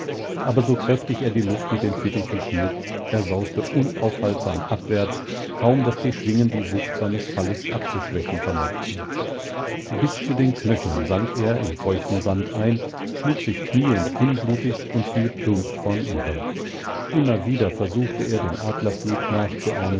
aber so kräftig er die luft mit den fittichen schlug er sauste unaufhaltsam abwärts kaum daß die schwingen die wucht seines falles abzuschwächen vermochten bis zu den knöcheln sank er im feuchten sand ein schlug sich knie und kinn blutig und fiel plump vornüber immer wieder versuchte er den adlerflug nachzuahmen